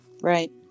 right